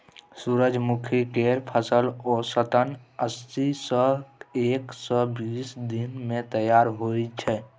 सूरजमुखी केर फसल औसतन अस्सी सँ एक सय बीस दिन मे तैयार होइ छै